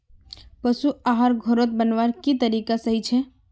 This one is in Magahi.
पशु आहार घोरोत बनवार की तरीका सही छे?